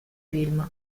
film